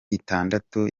itandatu